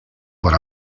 por